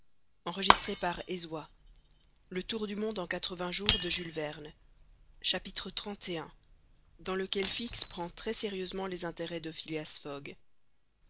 xxxi dans lequel l'inspecteur fix prend très sérieusement les intérêts de phileas fogg